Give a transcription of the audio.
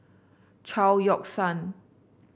Chao Yoke San